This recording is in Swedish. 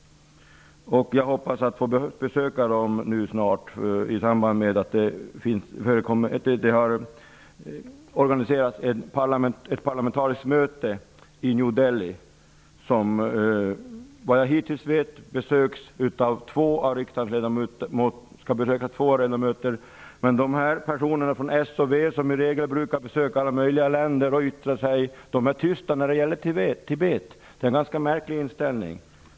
Jag hoppas att få besöka dem i samband med ett parlamentariskt möte som har organiserats i New Delhi, och som efter vad jag hittills vet skall besökas av två av riksdagens ledamöter. Men dessa personer från Socialdemokraterna och Vänsterpartiet, som i regel brukar besöka alla möjliga länder och yttra sig kring dessa, är tysta när det gäller Tibet. Det är en ganska märklig inställning.